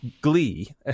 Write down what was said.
glee